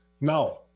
Now